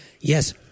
Yes